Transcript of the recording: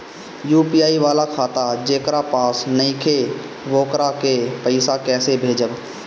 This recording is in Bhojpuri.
यू.पी.आई वाला खाता जेकरा पास नईखे वोकरा के पईसा कैसे भेजब?